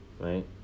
right